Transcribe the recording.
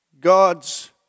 God's